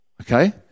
okay